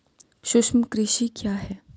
सूक्ष्म कृषि क्या है?